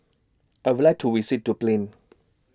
I Would like to visit Dublin